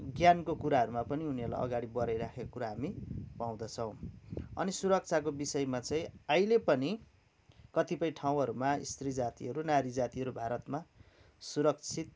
ज्ञानको कुराहरूमा पनि उनीहरूलाई अगाडि बढाइराखेको कुरा हामी पाउँदछौँ अनि सुरक्षाको विषयमा चाहिँ अहिले पनि कतिपय ठाउँहरूमा स्त्री जातिहरू नारी जातिहरू भारतमा सुरक्षित